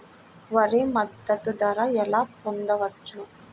వరి మద్దతు ధర ఎలా పొందవచ్చు?